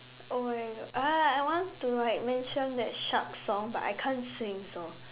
oh my god ah I want to like mention that shark song but I can't sing so